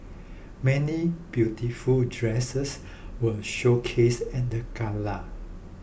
many beautiful dresses were showcased at the gala